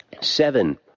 Seven